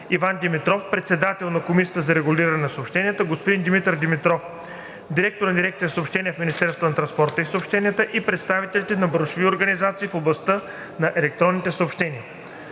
Иван Димитров – председател на Комисията за регулиране на съобщенията (КРС), господин Димитър Димитров – директор на дирекция „Съобщения“ в Министерството на транспорта и съобщенията, и представители на браншови организации в областта на електронните съобщения.